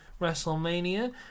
WrestleMania